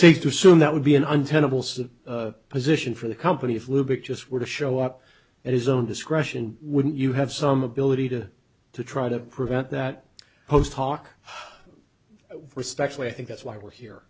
safe to assume that would be an untenable some position for the company if little bit just were to show up at his own discretion wouldn't you have some ability to to try to prevent that post talk respectfully i think that's why we're here